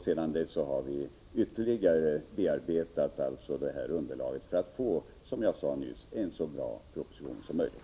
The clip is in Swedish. Sedan dess har vi ytterligare bearbetat detta underlag för att, som jag nyss sade, få en så bra proposition som möjligt.